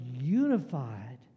unified